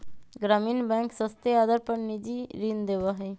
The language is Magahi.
ग्रामीण बैंक सस्ते आदर पर निजी ऋण देवा हई